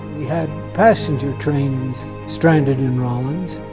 we had passenger trains stranded in rawlins.